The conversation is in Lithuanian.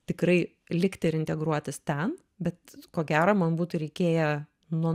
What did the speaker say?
tikrai likti ir integruotis ten bet ko gero man būtų reikėję nu